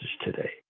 today